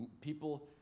People